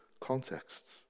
contexts